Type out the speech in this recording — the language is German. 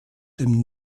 dem